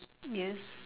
yes